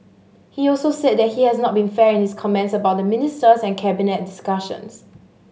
he also said that he has not been fair in his comments about the ministers and Cabinet discussions